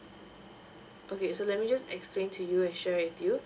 okay so let me just explain to you and share with you